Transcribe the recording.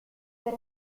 per